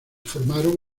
formaron